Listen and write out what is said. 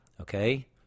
okay